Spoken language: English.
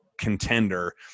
contender